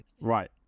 Right